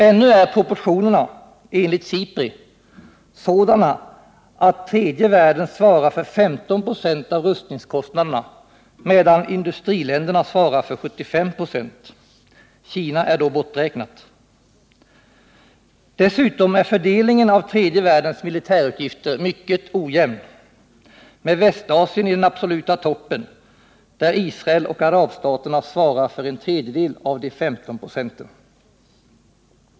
Ännu är proportionerna, fortfarande enligt SIPRI, sådana att tredje världen svarar för 15 96 av rustningskostnaderna, medan industriländerna svarar för 75 96. Kina är då borträknat. Dessutom är fördelningen av tredje världens militärutgifter mycket ojämn med Västasien i den absoluta toppen och där Israel och arabstaterna svarar för en tredjedel av dessa 15 96.